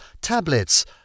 tablets